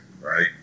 right